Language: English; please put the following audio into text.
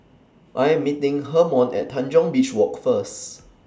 I Am meeting Hermon At Tanjong Beach Walk First